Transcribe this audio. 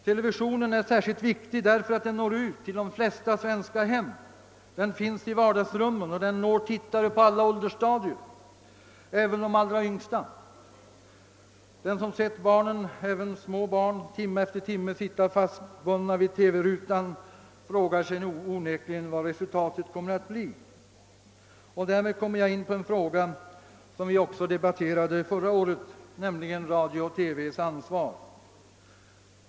Televisionen är särskilt viktig därför att den når ut till de flesta svenska hem. Den finns i vardagsrummen, och den når tittare på alla åldersstadier, även de allra yngsta. Den som sett barnen, även små barn, timme efter timme sitta fastbundna vid TV-rutan frågar sig onekligen vad resultatet kommer att bli. Därmed kommer jag in på en fråga som vi också debatterade förra året, nämligen frågan om Radio-TV:s ansvar.